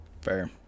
Fair